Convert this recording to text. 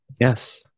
Yes